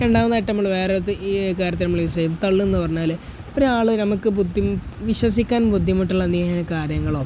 നമ്മള് വേറെയെന്ത് കാര്യത്തിന് നമ്മള് യൂസ് ചെയ്യും തള്ളെന്ന് പറഞ്ഞാല് ഒരാള് നമുക്ക് വിശ്വസിക്കാൻ ബുദ്ധിമുട്ടുള്ള എന്തെങ്കിലും കാര്യങ്ങളോ